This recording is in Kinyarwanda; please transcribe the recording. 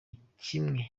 kimwe